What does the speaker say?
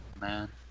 man